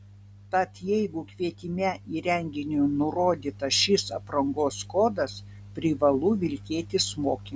tad jeigu kvietime į renginį nurodytas šis aprangos kodas privalu vilkėti smokingą